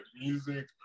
music